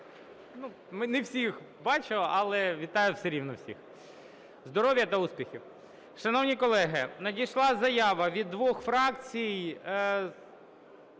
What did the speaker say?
Не всіх бачу, але вітаю все рівно всіх. Здоров'я та успіхів! Шановні колеги, надійшла заява від двох фракцій: